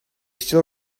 still